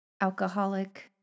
Alcoholic